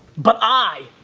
but i,